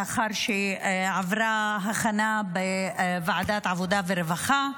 לאחר שעברה הכנה בוועדת העבודה והרווחה.